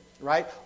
right